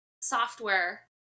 software